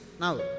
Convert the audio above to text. Now